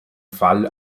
fall